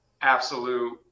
absolute